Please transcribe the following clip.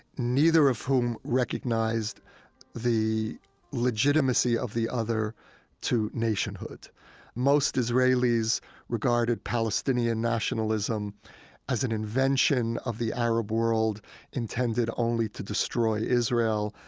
neither of whom recognized the legitimacy of the other to nationhood most israelis regarded palestinian nationalism as an invention of the arab world intended only to destroy israel.